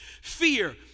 Fear